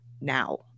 now